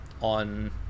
on